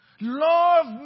Love